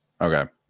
Okay